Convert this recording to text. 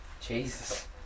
Jesus